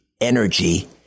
energy